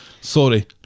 Sorry